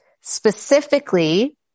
specifically